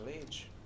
age